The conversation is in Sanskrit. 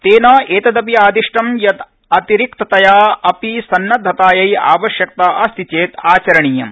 तेन एतदपि आदिष्टम् यत् अतिरिक्ततया अपि सन्नद्धतायै आवश्यकता अस्ति चेत् आचरणीयम्